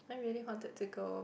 I really wanted to go